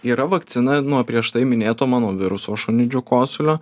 yra vakcina nuo prieš tai minėto mano viruso šunidžių kosulio